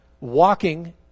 walking